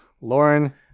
Lauren